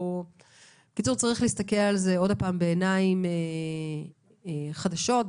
צריך להסתכל על זה בעיניים חדשות,